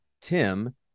Tim